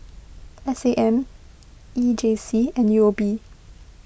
S A M E J C and U O B